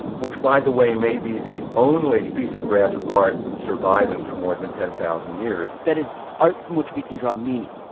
which by the way maybe the only piece of graphical art surviving for more than ten thousand years that is art from which we can draw a meaning.